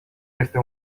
este